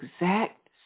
exact